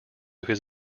his